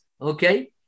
Okay